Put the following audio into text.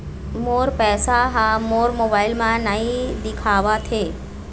मोर पैसा ह मोर मोबाइल में नाई दिखावथे